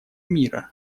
мира